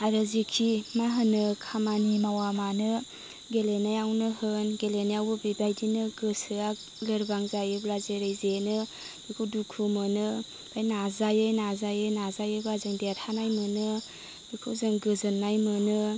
आरो जेखि माहोनो खामानि मावा मानो गेलेनायावनो होन गेलेनायावबो बेबायदिनो गोसोया लोरबां जायोब्ला जेरै जेनो बेखौ दुखु मोनो ओमफाय नाजायै नाजायै नाजायोबा जों देरहानाय मोनो बेखौ जों गोजोन्नाय मोनो